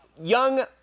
young